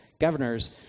governors